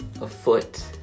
afoot